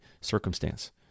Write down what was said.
circumstance